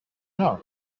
know